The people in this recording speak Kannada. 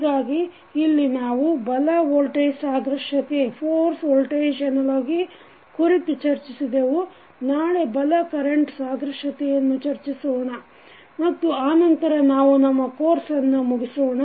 ಹೀಗಾಗಿ ಇಲ್ಲಿ ನಾವು ಬಲ ವೋಲ್ಟೇಜ್ ಸಾದೃಶ್ಯತೆ ಕುರಿತು ಚರ್ಚಿಸಿದೆವು ನಾಳೆ ಬಲ ಕರೆಂಟ್ ಸಾದೃಶ್ಯತೆಯನ್ನು ಚರ್ಚಿಸೋಣ ಮತ್ತು ಆನಂತರ ನಾವು ನಮ್ಮ ಕೋರ್ಸನ್ನು ಮುಗಿಸೋಣ